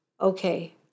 Okay